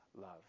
love